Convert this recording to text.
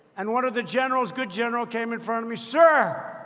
and one of the generals good general came in front of me sir,